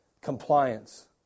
compliance